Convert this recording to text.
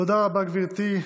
תודה רבה, גברתי.